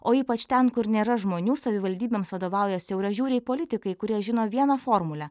o ypač ten kur nėra žmonių savivaldybėms vadovauja siauražiūriai politikai kurie žino vieną formulę